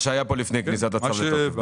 מה שהיה פה לפני כניסת הצו לתוקף.